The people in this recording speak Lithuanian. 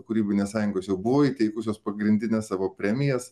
kūrybinės sąjungos jau buvo įteikusios pagrindines savo premijas